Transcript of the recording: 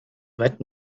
that